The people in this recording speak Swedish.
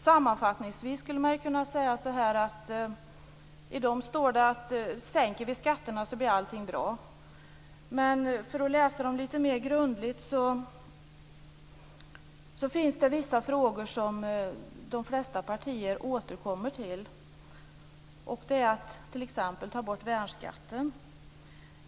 Sammanfattningsvis skulle man kunna säga att det i dem står att sänker vi skatterna blir allting bra. Men för att läsa dem lite mer grundligt finns det vissa frågor som de flesta partier återkommer till. Det är t.ex. att ta bort värnskatten.